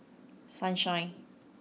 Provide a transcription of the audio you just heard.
sunshine